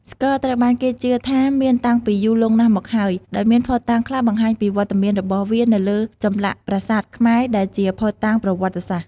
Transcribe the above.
ស្គរត្រូវបានគេជឿថាមានតាំងពីយូរលង់ណាស់មកហើយ ដោយមានភស្តុតាងខ្លះបង្ហាញពីវត្តមានរបស់វានៅលើចម្លាក់ប្រាសាទខ្មែរ ដែលជាភស្តុតាងប្រវត្តិសាស្ត្រ។